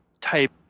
type